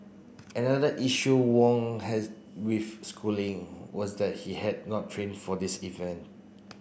another issue Wong had with schooling was that he had not trained for this event